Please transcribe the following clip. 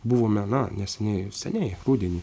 buvome na neseniai seniai rudenį